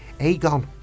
Aegon